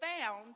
found